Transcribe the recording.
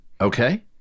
Okay